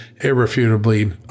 irrefutably